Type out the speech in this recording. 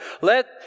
let